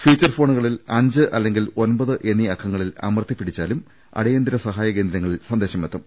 feature ഫോണുകളിൽ അഞ്ച് അല്ലെങ്കിൽ ഒൻപത് എന്നീ അക്ക ങ്ങളിൽ അമർത്തിപ്പിടിച്ചാലും അടിയന്തരൃ സഹായ കേന്ദ്രങ്ങളിൽ സന്ദേശമെത്തും